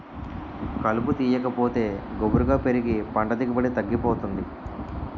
కలుపు తీయాకపోతే గుబురుగా పెరిగి పంట దిగుబడి తగ్గిపోతుంది